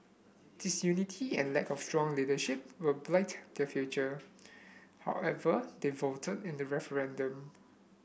disunity and lack of strong leadership will blight their future however they voted in the referendum